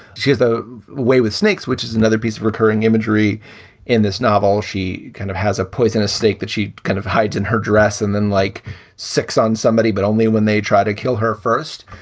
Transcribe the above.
she has a way with snakes, which is another piece, recurring imagery in this novel. she kind of has a poisonous snake that she kind of hides in her dress and then like six on somebody, but only when they try to kill her first.